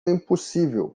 impossível